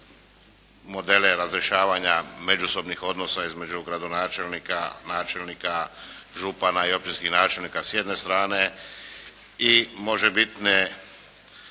modele razrješavanja međusobnih odnosa između gradonačelnika, načelnika, župana i općinskih načelnika s jedne strane, i možebitne